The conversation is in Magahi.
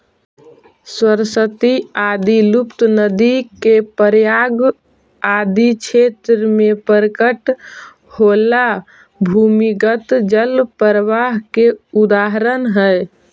सरस्वती आदि लुप्त नदि के प्रयाग आदि क्षेत्र में प्रकट होएला भूमिगत जल प्रवाह के उदाहरण हई